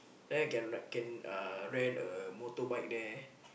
then I can ride can uh can rent a motorbike there